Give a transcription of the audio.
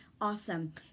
Awesome